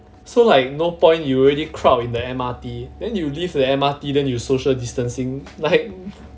so like no point you already crowd in the M_R_T then you will leave the M_R_T then you social distancing like